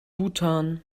bhutan